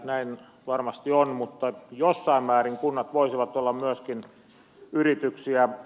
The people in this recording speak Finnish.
näin varmasti on mutta jossain määrin kunnat voisivat olla myöskin yrityksiä